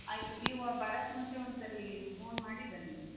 ಆಯಿತು ನೀವು ಬರಕ್ಕೆ ಮುಂಚೆ ಒಂದ್ಸರಿ ಫೋನ್ ಮಾಡಿ ಬನ್ನಿ